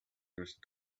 used